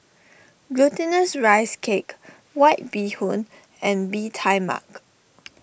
Glutinous Rice Cake White Bee Hoon and Bee Tai Mak